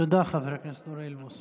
תודה, חבר הכנסת אוריאל בוסו.